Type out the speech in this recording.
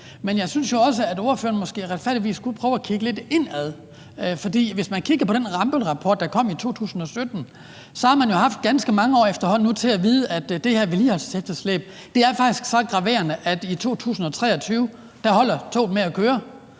Men jeg synes jo også, at ordføreren retfærdigvis måske skulle prøve at kigge lidt indad, for hvis man kigger på den Rambøllrapport, der kom i 2017, så har man jo i efterhånden ganske mange år vidst, at det her vedligeholdelsesefterslæb faktisk er så graverende, at toget holder op med at køre